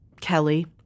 Kelly